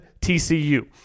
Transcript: TCU